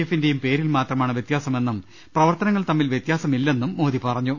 എഫിന്റെയും പേരിൽ മാത്രമാണ് വ്യത്യാസമെന്നും പവർത്തനങ്ങൾ തമ്മിൽ വ്യത്യാസമില്ലെന്നും മോദി പറഞ്ഞു